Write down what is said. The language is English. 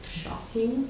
shocking